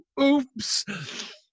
oops